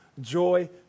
joy